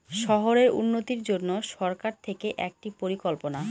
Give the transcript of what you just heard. শহরের উন্নতির জন্য সরকার থেকে একটি পরিকল্পনা